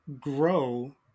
grow